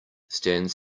stands